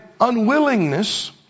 unwillingness